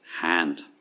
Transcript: hand